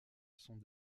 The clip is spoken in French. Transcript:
sont